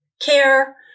care